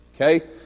Okay